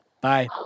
Bye